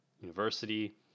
university